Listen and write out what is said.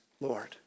Lord